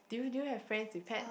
do you do you have friend with pet